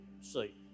See